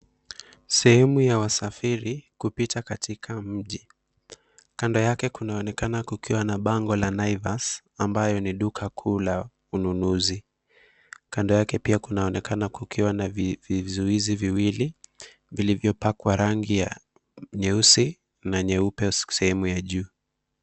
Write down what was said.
Sehemu ya wasafiri kupita katika mji, kando yake kunaonekana kukiwa na bango la Naivas ambalo ni duka kuu la ununuzi, kando yake pia kunaonekana kukiwa na vizuizi viwili vilivyopakwa rangi ya nyeusi na nyeupe sehemu ya juu.